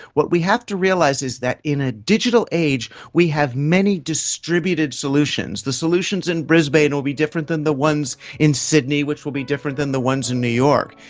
what we have to realise is that in a digital age we have many distributed solutions. the solutions in brisbane will be different than the ones in sydney, which will be different than the ones in new york.